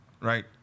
right